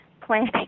planning